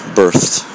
birthed